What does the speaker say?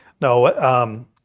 No